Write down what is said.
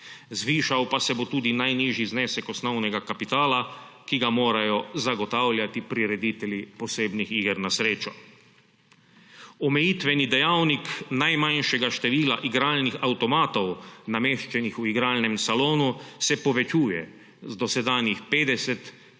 zvišal pa se bo tudi najnižji znesek osnovnega kapitala, ki ga morajo zagotavljati prireditelji posebnih iger na srečo. Omejitveni dejavnik najmanjšega števila igralnih avtomatov, nameščenih v igralnem salonu, se povečuje z dosedanjih 50